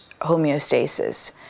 homeostasis